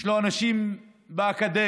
יש לנו אנשים באקדמיה,